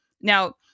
now